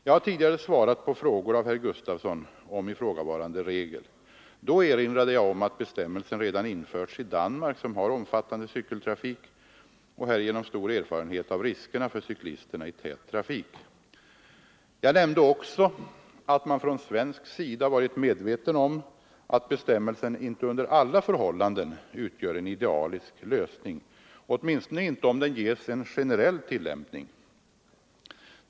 Jag har tidigare svarat på frågor av herr Gustafson om ifrågavarande regel. Då erinrade jag om att bestämmelsen redan införts i Danmark, som har omfattande cykeltrafik och härigenom stor erfarenhet av riskerna för cyklisterna i tät trafik. Jag nämnde också att man från svensk sida varit medveten om att bestämmelsen inte under alla förhållanden utgör en idealisk lösning, åtminstone inte om den ges en generell tillämpning.